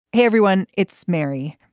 hey, everyone, it's mary.